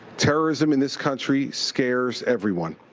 terrorism in this country scares everyone.